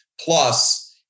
Plus